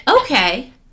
Okay